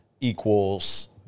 equals